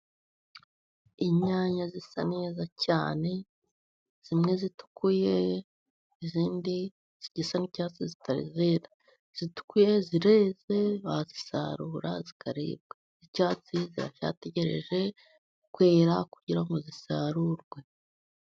Inyanya zisa neza cyane, zimwe zitukuye, izindi zigisa n'icyatsi zitari zera. Izitukuye zireze bazisarura zikaribwa. Iz'icyatsi ziracyategereje kwera, kugira ngo zisarurwe.